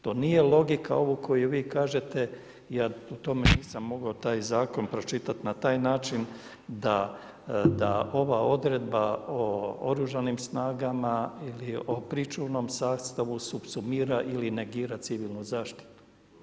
To nije logika ovu koju vi kažete, ja nisam mogao taj zakon pročitati na taj način da ova odredba o Oružanim snagama ili o pričuvnom sastavu sumira ili negira civilnu zaštitu.